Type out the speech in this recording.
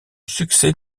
succès